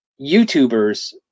YouTubers